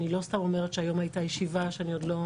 אני לא סתם אומרת שהיום הייתה ישיבה שאני עוד לא